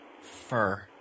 Fur